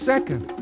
Second